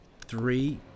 Three